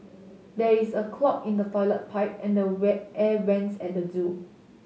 there is a clog in the toilet pipe and the wear air vents at the zoo